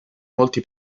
molti